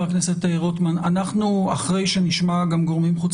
אנחנו אחרי שנשמע גם גורמים חוץ